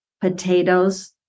potatoes